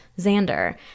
Xander